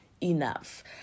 enough